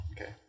Okay